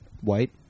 white